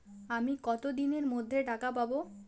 আমি কতদিনের মধ্যে টাকা পাবো?